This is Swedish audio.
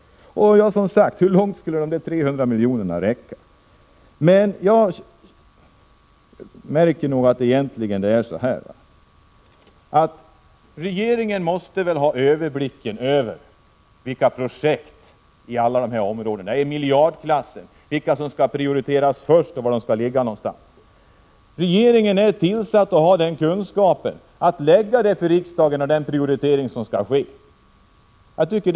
Hur långt skulle de 300 miljonerna räcka? Regeringen måste ha en överblick över vilka projekt — i miljardklassen —i alla dessa områden som skall prioriteras och var de skall genomföras. Regeringen är tillsatt och har kunskap för att lägga fram förslag för riksdagen om den prioritering som skall göras.